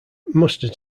mustard